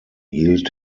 hielt